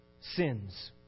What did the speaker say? sins